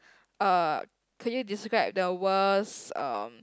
uh could you describe the worst um